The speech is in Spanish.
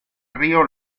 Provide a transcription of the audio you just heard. río